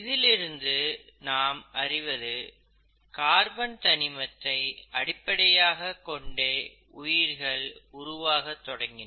இதிலிருந்து நாம் அறிவது கார்பன் தனிமத்தை அடிப்படையாகக் கொண்டே உயிர்கள் உருவாகத் தொடங்கின